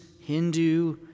Hindu